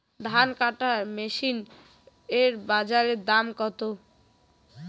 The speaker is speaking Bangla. ধান কাটার মেশিন এর বাজারে দাম কতো?